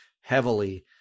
heavily